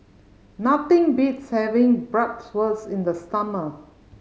nothing beats having Bratwurst in the summer